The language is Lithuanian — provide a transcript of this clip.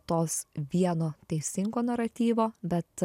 tos vieno teisingo naratyvo bet